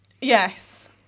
Yes